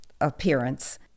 appearance